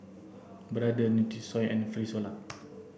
brother Nutrisoy and Frisolac